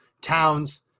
towns